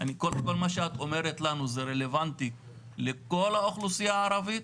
מה שאת אומרת לנו זה רלוונטי לכל האוכלוסייה הערבית